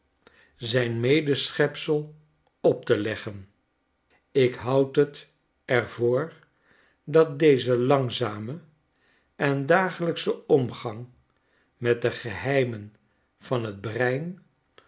zijn medeschepsel op te leggen ik houd t er voor dat deze langzame en dagelijksche omgang met de geheimen van t brein